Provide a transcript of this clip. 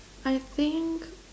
I think